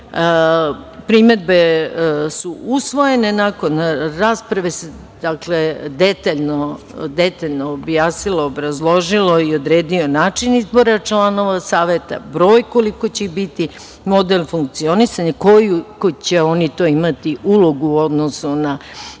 Primedbe su usvojene. Nakon rasprave se detaljno objasnilo, obrazložilo i odredio način izbora članova saveta, broj koliko će ih biti, model funkcionisanja, koju će oni to imati ulogu, odnosno na